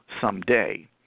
someday